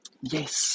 Yes